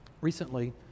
Recently